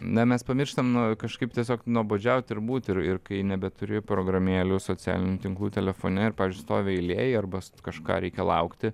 ne mes pamirštam no kažkaip tiesiog nuobodžiaut ir būt ir ir kai nebeturi programėlių socialinių tinklų telefone stovi eilėj arba kažką reikia laukti